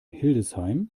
hildesheim